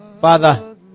Father